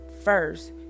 first